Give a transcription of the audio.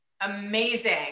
Amazing